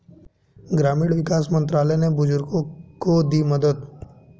ग्रामीण विकास मंत्रालय ने बुजुर्गों को दी मदद